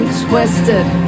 twisted